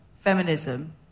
feminism